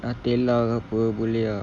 nutella ke apa boleh ah